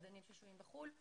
מדענים ששוהים בחו"ל,